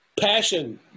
passion